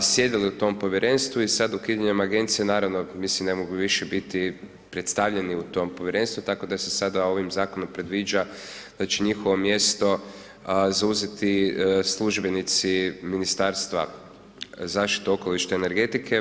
sjedili u tom Povjerenstvu i sad ukidanjem Agencije, naravno, mislim ne mogu više biti predstavljeni u tom Povjerenstvu, tako da se sada ovim Zakonom predviđa, znači, njihovo mjesto zauzeti službenici Ministarstva zaštite okoliša i energetike.